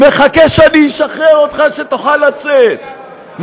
מחכה שאני אשחרר אותך שתוכל לצאת,